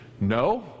no